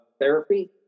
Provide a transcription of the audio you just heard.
therapy